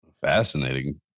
fascinating